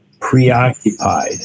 preoccupied